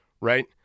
Right